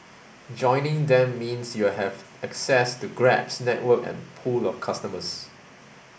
joining them means you'll have access to Grab's network and pool of customers